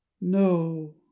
no